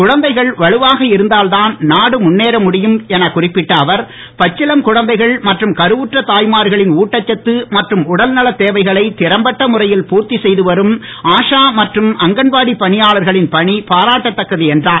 குழந்தைகள் வலுவாக இருந்தால் தான் நாடு முன்னேற முடியும் என குறிப்பிட்ட அவர் பச்சிளம் மற்றும் கருவுற்ற தாய்மார்களின் ஊட்டச்சத்து மற்றும் உடல்நலத் தேவைகளை திறம்பட்ட முறையில் பூர்த்தி செய்து வரும் ஆஷா மற்றும் அங்கன்வாடி பணியாளர்களின் பணி பாராட்டத்தக்கது என்றார்